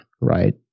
right